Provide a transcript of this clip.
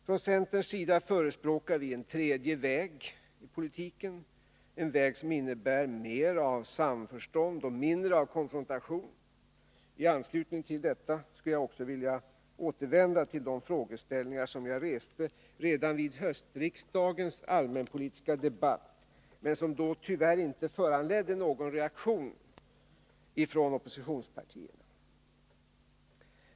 Från centerns sida föresprå kar vi en tredje väg i politiken, en väg som innebär mera av samförstånd och mindre av konfrontation. I anslutning till detta skulle jag också vilja återvända till frågeställningar som jag reste redan vid höstens allmänpolitiska debatt men som då tyvärr inte föranledde någon reaktion från oppositionspartierna.